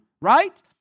right